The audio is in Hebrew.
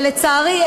ולצערי,